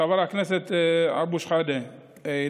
חבר הכנסת אבו שחאדה,